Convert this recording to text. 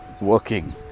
working